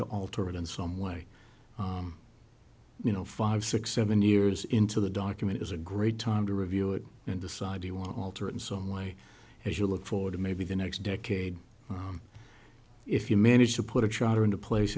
to alter it in some way you know five six seven years into the document is a great time to review it and decide you want to alter it in some way as you look forward to maybe the next decade if you manage to put a charter into place